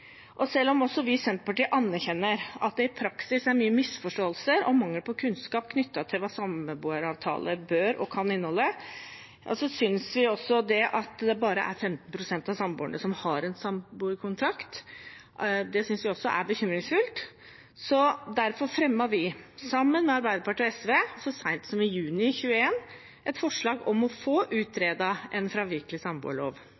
Og selv om også vi i Senterpartiet anerkjenner at det i praksis er mye misforståelser og mangel på kunnskap knyttet til hva samboeravtaler bør og kan inneholde, synes også vi at det at bare 15 pst. av samboerne har en samboerkontrakt, er bekymringsfullt. Derfor fremmet vi, sammen med Arbeiderpartiet og SV, så sent som i juni 2021 et forslag om å få